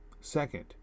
second